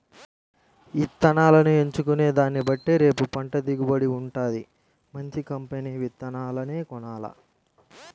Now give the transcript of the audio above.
ఇత్తనాలను ఎంచుకునే దాన్నిబట్టే రేపు పంట దిగుబడి వుంటది, మంచి కంపెనీ విత్తనాలనే కొనాల